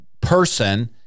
person